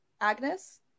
agnes